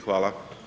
Hvala.